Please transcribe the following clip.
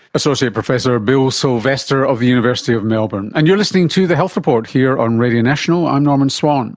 associate professor bill silvester of the university of melbourne. and you're listening to the health report here on radio national, i'm norman swan